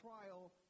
trial